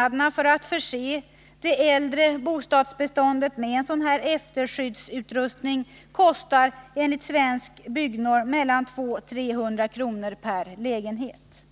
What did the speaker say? Att förse även det äldre bostadsbeståndet med sådan efterskyddsutrustning kostar enligt Svensk byggnorm mellan 200 och 300 kr. per lägenhet.